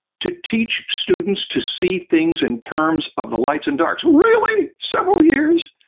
to teach students to see things in terms of the lights and darks. really? several years?